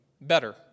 better